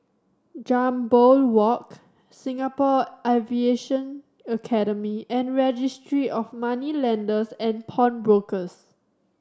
Jambol Walk Singapore Aviation Academy and Registry of Moneylenders and Pawnbrokers